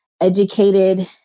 educated